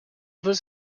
this